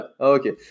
Okay